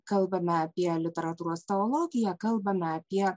kalbame apie literatūros teologija kalbame apie